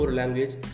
language